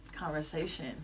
conversation